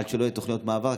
עד שלא יהיו תוכניות מעבר,